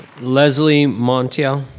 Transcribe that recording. leslie montiel.